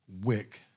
wick